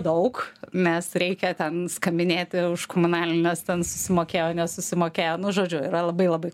daug mes reikia ten skambinėti už komunalines ten susimokėjo nesusimokėjo nu žodžiu yra labai labai